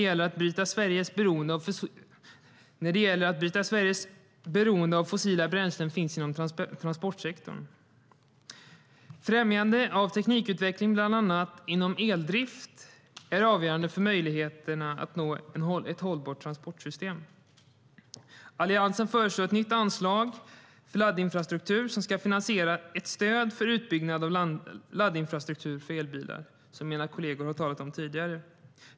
Den största utmaningen när det gäller att bryta Sveriges beroende av fossila bränslen finns inom transportsektorn. Främjande av teknikutveckling inom bland annat eldrift är avgörande för möjligheterna att nå ett hållbart transportsystem. Alliansen föreslår ett nytt anslag till laddinfrastruktur som ska finansiera ett stöd för utbyggnad av laddinfrastruktur för elbilar, vilket mina kolleger har talat om tidigare.